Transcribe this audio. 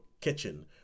kitchen